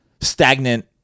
stagnant